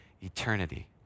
eternity